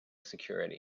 security